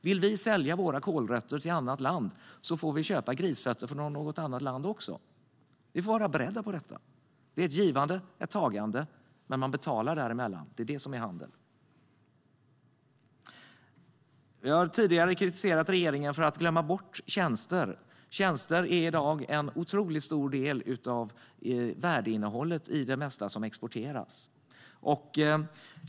Vill vi sälja våra kålrötter till ett annat land får vi också köpa grisfötter från något annat land. Vi får vara beredda på detta. Det är ett givande och ett tagande, men man betalar däremellan. Det är vad som är handel. Vi har tidigare kritiserat regeringen för att glömma bort tjänster. Tjänster är i dag en otroligt stor del av värdeinnehållet i det mesta som exporteras.